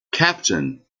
captain